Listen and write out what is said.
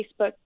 Facebook